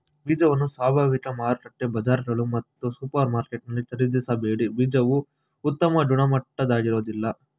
ಬೀಜವನ್ನು ಸ್ವಾಭಾವಿಕ ಮಾರುಕಟ್ಟೆ ಬಜಾರ್ಗಳು ಮತ್ತು ಸೂಪರ್ಮಾರ್ಕೆಟಲ್ಲಿ ಖರೀದಿಸಬೇಡಿ ಬೀಜವು ಉತ್ತಮ ಗುಣಮಟ್ಟದಾಗಿರೋದಿಲ್ಲ